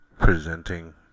presenting